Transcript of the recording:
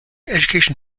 education